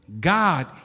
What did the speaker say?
God